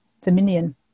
dominion